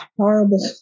horrible